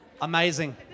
Amazing